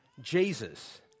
Jesus